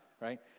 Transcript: right